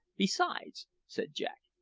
besides, said jack,